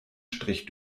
strich